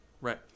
Right